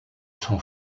son